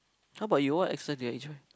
how about you what exercise do you enjoy